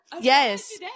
Yes